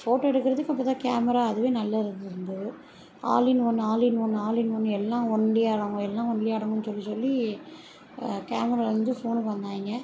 photo எடுக்கிறதுக்கு இப்போதான் camera அதுவே நல்லா இருந்தது all in one all in one all in one எல்லாம் ஒன்லயே அடங்கும் எல்லாம் ஒன்லயே அடங்கும்னு சொல்லி சொல்லி கேமராவிலேருந்து ஃபோனுக்கு வந்தாங்க